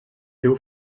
teu